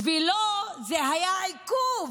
בשבילו זה היה עיכוב.